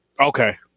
Okay